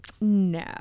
no